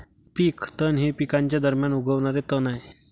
पीक तण हे पिकांच्या दरम्यान उगवणारे तण आहे